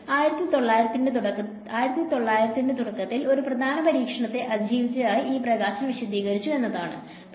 1900 ന്റെ തുടക്കത്തിൽ ഒരു പ്രധാന പരീക്ഷണത്തെ അതിജീവിച്ചതായി ഇത് പ്രകാശം വിശദീകരിക്കുന്നു എന്താണത്